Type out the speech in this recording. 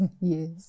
Yes